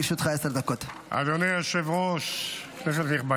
ברשות יושב-ראש הישיבה,